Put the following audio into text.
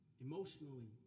emotionally